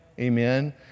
amen